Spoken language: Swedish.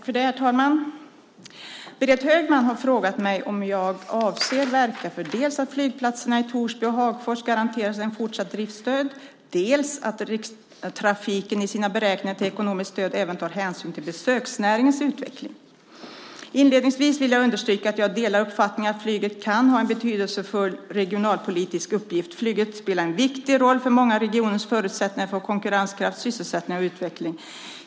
Herr talman! Berit Högman har frågat mig om jag avser att verka dels för att flygplatserna i Torsby och Hagfors garanteras ett fortsatt driftsstöd, dels för att Rikstrafiken i sina beräkningar till ekonomiskt stöd även tar hänsyn till besöksnäringens utveckling. Inledningsvis vill jag understryka att jag delar uppfattningen att flyget kan ha en betydelsefull regionalpolitisk uppgift. Flyget spelar en viktig roll för många regioners förutsättningar för konkurrenskraft, sysselsättning och utveckling.